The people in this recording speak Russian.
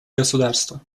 государство